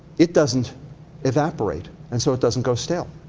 it doesn't evaporate and so it doesn't go stale.